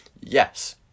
Yes